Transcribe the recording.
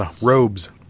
robes